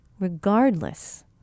regardless